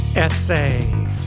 Essay